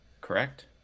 Correct